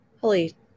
Holy